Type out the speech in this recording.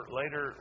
later